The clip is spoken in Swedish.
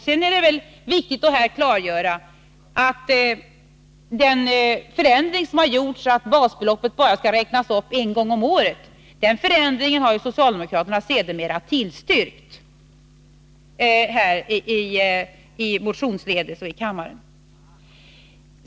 Sedan är det viktigt att klargöra att den förändring som har gjorts, att basbeloppet skall räknas upp bara en gång om året, sedermera har tillstyrkts av socialdemokraterna, motionsledes och i kammaren.